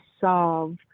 solve